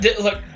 look